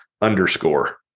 underscore